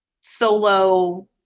solo